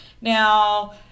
Now